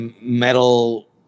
metal